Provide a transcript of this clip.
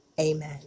amen